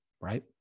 Right